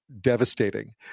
devastating